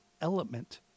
element